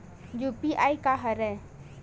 UPI का हरय?